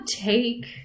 take